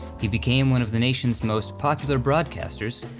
he became one of the nation's most popular broadcasters,